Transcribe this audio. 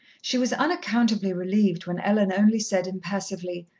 she was unaccountably relieved when ellen only said, impassively,